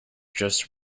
just